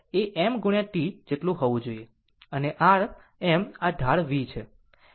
આમ આ v એ m T જેટલું હોવું જોઈએ અને r m આ r ઢાળ વી છે